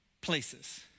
places